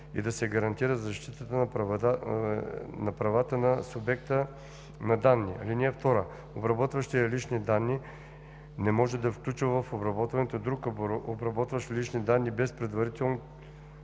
и да се гарантира защитата на правата на субекта на данни. (2) Обработващият лични данни не може да включва в обработването друг обработващ лични данни без предварителното